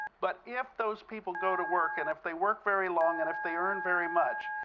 but if those people go to work and if they work very long and if they earn very much,